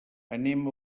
anem